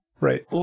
right